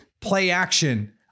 Play-action